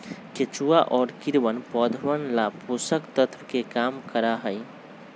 केचुआ और कीड़वन पौधवन ला पोषक तत्व के काम करा हई